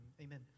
Amen